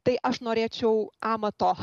tai aš norėčiau amato